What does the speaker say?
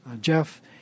Jeff